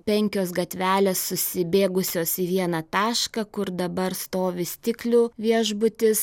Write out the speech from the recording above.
penkios gatvelės susibėgusios į vieną tašką kur dabar stovi stiklių viešbutis